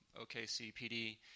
OKCPD